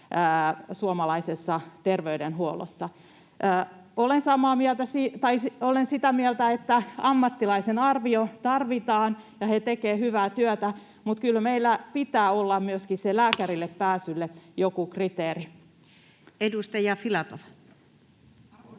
suomalaisessa terveydenhuollossa. Olen sitä mieltä, että ammattilaisen arvio tarvitaan ja he tekevät hyvää työtä, mutta kyllä meillä pitää olla myöskin sille lääkäriin